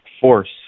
force